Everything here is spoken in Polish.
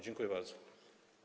Dziękuję bardzo.